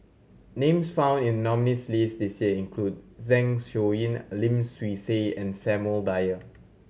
names found in nominees' list this year include Zeng Shouyin Lim Swee Say and Samuel Dyer